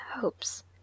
hopes